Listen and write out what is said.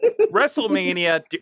WrestleMania